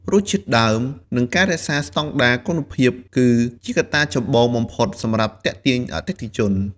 រសជាតិដើម និងការរក្សាស្តង់ដារគុណភាពគឺជាកត្តាចម្បងបំផុតសម្រាប់ទាក់ទាញអតិថិជន។